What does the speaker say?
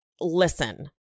Listen